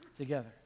together